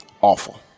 awful